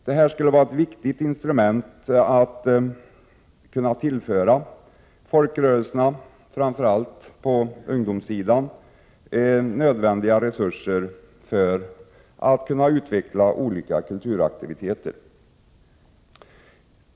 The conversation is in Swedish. Detta skulle vara ett viktigt instrument för att tillföra folkrörelserna, framför allt på ungdomssidan, nödvändiga resurser så att de kan utveckla olika kulturaktiviteter.